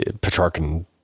Petrarchan